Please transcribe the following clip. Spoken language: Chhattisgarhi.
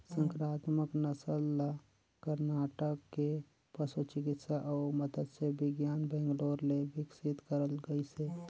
संकरामक नसल ल करनाटक के पसु चिकित्सा अउ मत्स्य बिग्यान बैंगलोर ले बिकसित करल गइसे